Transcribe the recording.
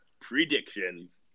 predictions